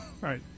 right